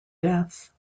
death